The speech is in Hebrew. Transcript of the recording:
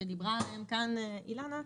שדיברה עליהם כאן אילנה,